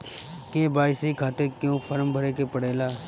KYC खातिर क्यूं form भरे के पड़ेला?